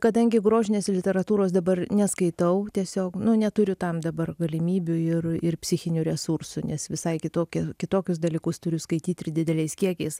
kadangi grožinės literatūros dabar neskaitau tiesiog neturiu tam dabar galimybių ir ir psichinių resursų nes visai kitokią kitokius dalykus turiu skaityt ir dideliais kiekiais